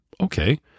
okay